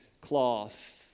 cloth